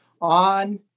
on